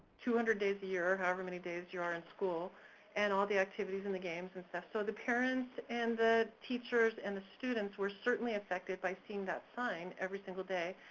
two hundred days a year, however many days you are in school and all the activities and the games and stuff, so the parents and the teachers and the students were certainly affected by seeing that sign every single day,